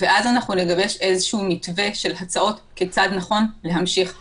ואז נגבש איזשהו מתווה של הצעות כיצד נכון להמשיך הלאה.